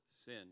sin